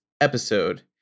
episode